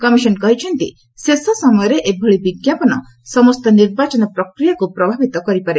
commission କହିଛି ଶେଷ ସମୟରେ ଏଭଳି ବିଜ୍ଞାପନ ସମସ୍ତ ନିର୍ବାଚନ ପ୍ରକ୍ରିୟାକୁ ପ୍ରଭାବିତ କରିପାରେ